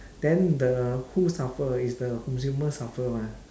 then the who suffer it's the consumer suffer [what]